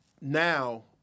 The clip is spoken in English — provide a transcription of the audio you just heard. Now